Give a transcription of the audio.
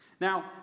Now